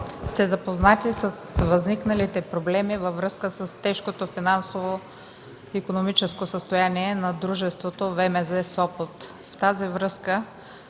сте запознати с възникналите проблеми във връзка с тежкото финансово икономическо състояние на дружеството ВМЗ – Сопот.